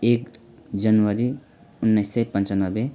एक जनवरी उन्नाइस सय पन्चानब्बे